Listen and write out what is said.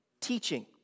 teaching